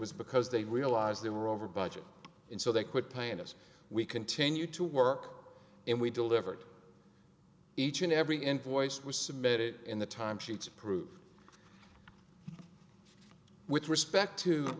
was because they realized they were over budget and so they quit paying us we continue to work and we delivered each and every envoys was submitted in the time sheets approved with respect to